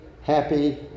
happy